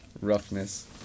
roughness